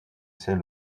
saint